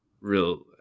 real